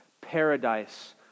Paradise